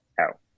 out